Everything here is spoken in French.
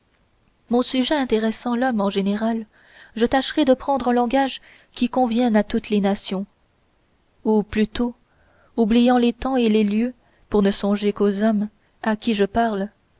mon sujet intéressant l'homme en général je tâcherai de prendre un langage qui convienne à toutes les nations ou plutôt oubliant les temps et les lieux pour ne songer qu'aux hommes à qui je parle